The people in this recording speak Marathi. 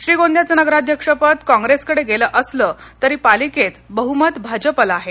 श्रीगोंद्याचं नगराध्यक्षपद कॉप्रेसकडे गेलं असलं तरी पालिकेत बह्मत भाजपाला आहे